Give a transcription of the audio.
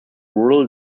rural